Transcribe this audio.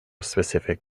specific